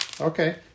Okay